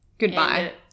Goodbye